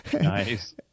Nice